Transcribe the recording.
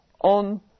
on